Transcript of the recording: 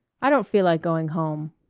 i don't feel like going home.